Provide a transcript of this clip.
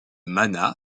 mana